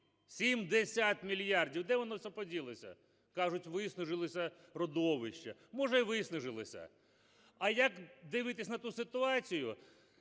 70 мільярдів. Де воно це поділося? Кажуть, виснажилися родовища. Може і виснажилися. А як дивитися на ту ситуацію,